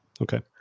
Okay